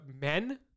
men